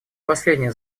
последнее